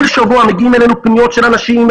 כל שבוע מגיעים אלינו פניות של אנשים,